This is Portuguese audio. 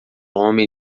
homem